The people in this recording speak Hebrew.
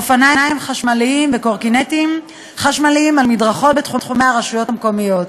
אופניים חשמליים וקורקינטים חשמליים על מדרכות בתחומי הרשויות המקומיות,